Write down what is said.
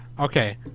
Okay